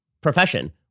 profession